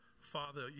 Father